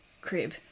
crib